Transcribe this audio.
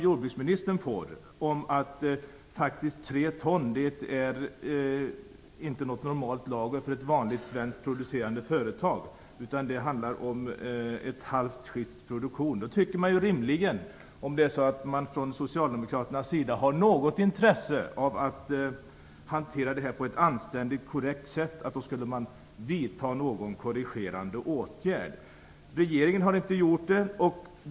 När jordbruksministern får ett besked om att 3 ton inte är en normal lagernivå för ett vanligt svenskt producerande företag, utan det handlar om ett halvt skifts produktion, tycker man rimligen att om Socialdemokraterna har något intresse av att hantera frågan på ett anständigt, korrekt sätt skulle vidta en korrigerande åtgärd. Regeringen har inte gjort det.